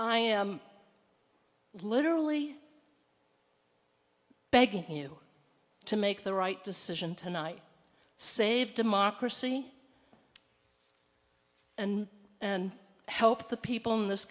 i am literally begging you to make the right decision tonight save democracy and help the people in this